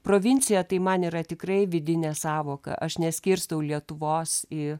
provincija tai man yra tikrai vidinė sąvoka aš neskirstau lietuvos į